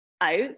out